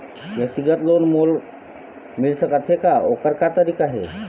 व्यक्तिगत लोन मोल मिल सकत हे का, ओकर का तरीका हे?